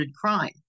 crime